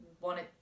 wanted